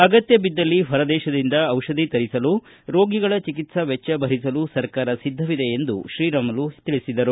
ಅಗತ್ತ ಬಿದ್ದಲ್ಲಿ ಹೊರದೇಶದಿಂದ ಚಿಷದಿ ತರಿಸಲು ರೋಗಿಗಳ ಚಿಕಿತ್ಸಾ ವೆಚ್ಚ ಬರಿಸಲು ಸರ್ಕಾರ ಸಿದ್ದವಿದೆ ಎಂದು ಸಚಿವ ಶ್ರೀರಾಮುಲು ಹೇಳಿದರು